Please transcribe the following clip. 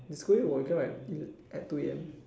if schooling will wake up at at two A_M